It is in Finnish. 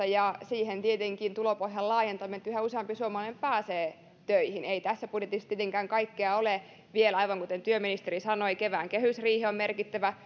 ja siihen lisäksi tietenkin tulopohjan laajentaminen että yhä useampi suomalainen pääsee töihin ei tässä budjetissa tietenkään kaikkea ole vielä aivan kuten työministeri sanoi kevään kehysriihi on merkittävä